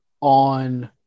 on